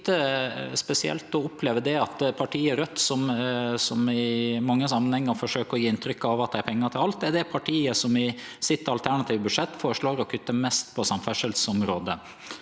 Det er likevel litt spesielt å oppleve at partiet Raudt, som i mange samanhengar forsøkjer å gje inntrykk av at dei har pengar til alt, er det partiet som i sitt alternative budsjett føreslår å kutte mest på samferdselsområdet.